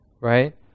right